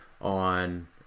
on